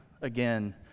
again